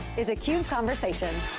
is a cube conversation.